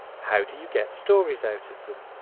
how do you get stories out of them?